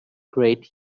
great